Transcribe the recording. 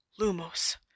Lumos